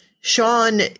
Sean